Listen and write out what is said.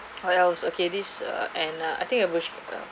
what else okay this err and err I think I